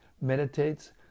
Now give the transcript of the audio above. meditates